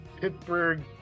Pittsburgh